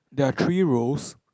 there are three rows